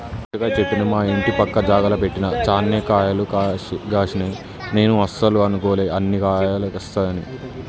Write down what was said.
పుచ్చకాయ చెట్టును మా ఇంటి పక్క జాగల పెట్టిన చాన్నే కాయలు గాశినై నేను అస్సలు అనుకోలే అన్ని కాయలేస్తాయని